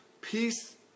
peace